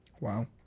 Wow